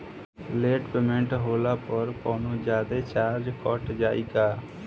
Late payment होला पर कौनोजादे चार्ज कट जायी का?